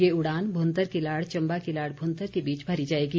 यह उड़ान भुंतर किलाड़ चंबा किलाड़ भुंतर के बीच भरी जाएगी